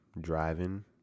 driving